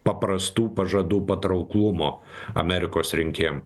paprastų pažadų patrauklumo amerikos rinkėjam